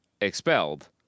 expelled